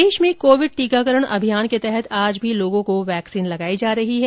प्रदेश में कोविड टीकाकरण अभियान के तहत आज भी लोगों को वैक्सीन लगाई जा रही है